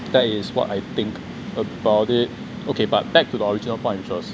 that is what I think about it okay but back to the original point which was